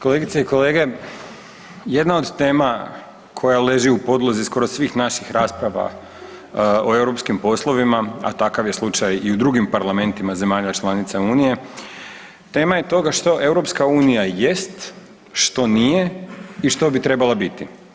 Kolegice i kolege, jedna od tema koja leži u podlozi skoro svih naših rasprava o europskim poslovima, a takav je slučaj i u drugim parlamentima zemalja članica Unije tema je toga što EU jest što nije i što bi trebala biti.